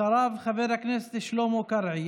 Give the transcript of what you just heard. אחריו, חבר הכנסת שלמה קרעי.